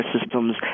systems